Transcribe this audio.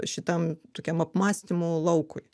šitam tokiam apmąstymų laukui